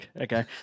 okay